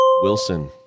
Wilson